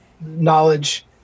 knowledge